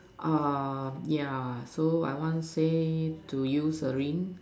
um ya so I want say to use a ring